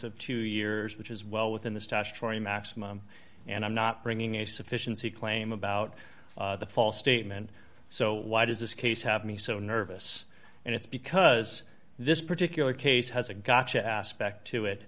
of two years which is well within the statutory maximum and i'm not bringing a sufficiency claim about false statement so why does this case have me so nervous and it's because this particular case has a gotcha aspect to it